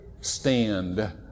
stand